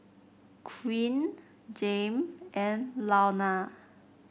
Quinn Jame and Launa